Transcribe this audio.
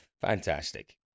Fantastic